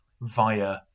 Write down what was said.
via